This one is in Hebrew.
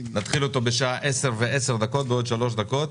נתחיל אותו בשעה 10:10, בעוד שלוש דקות.